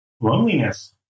loneliness